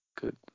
good